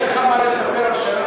יש לך מה לספר על,